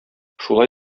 шулай